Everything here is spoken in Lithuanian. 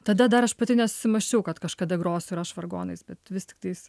tada dar aš pati nesusimąsčiau kad kažkada grosiu ir aš vargonais bet vis tiktais